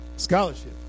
Scholarship